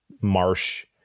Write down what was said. marsh